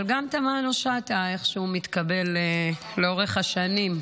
אבל גם תָמָנוֹ שָׁטָה איכשהו מתקבל לאורך השנים,